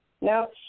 No